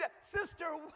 Sister